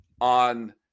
on